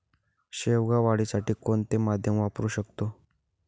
शेवगा वाढीसाठी कोणते माध्यम वापरु शकतो?